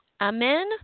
Amen